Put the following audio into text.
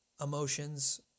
emotions